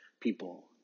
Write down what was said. people